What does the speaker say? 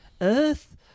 earth